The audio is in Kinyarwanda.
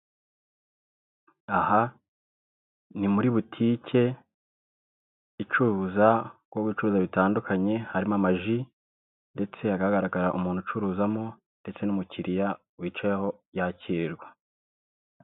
Aha ni muri butike icuruza ubwo gucuruza bitandukanye, harimo ama ji ndetse hakanagaragara umuntu ucuruzamo ndetse n'umukiriya wicaye aho yakirirwa.